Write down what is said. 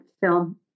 film